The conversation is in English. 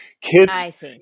Kids